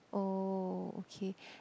oh okay